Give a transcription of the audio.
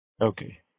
Okay